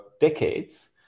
decades